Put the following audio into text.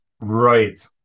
Right